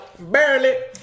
barely